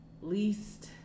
least